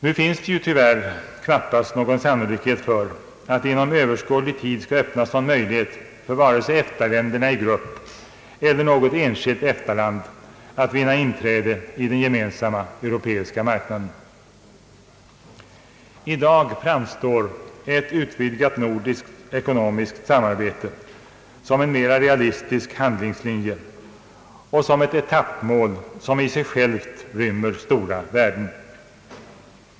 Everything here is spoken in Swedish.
Nu finns tyvärr knappast någon sannolikhet för att det inom överskådlig tid skall öppnas någon möjlighet för vare sig EFTA-länderna i grupp eller något enskilt EFTA-land att vinna inträde på den gemensamma europeiska marknaden. I dag framstår ett utvidgat nordiskt ekonomiskt samarbete som en mer realistisk handlingslinje och som ett etappmål, vilket i sig självt inrymmer stora värden.